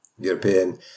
European